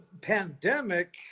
pandemic